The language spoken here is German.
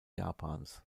japans